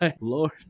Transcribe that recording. Lord